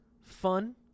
fun